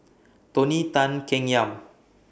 Tony Tan Keng Yam